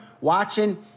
watching